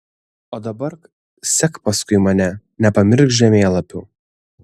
o dabar sek paskui mane nepamiršk žemėlapių